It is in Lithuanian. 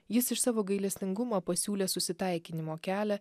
jis iš savo gailestingumo pasiūlė susitaikinimo kelią